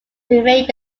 remained